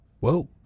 Whoa